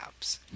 Apps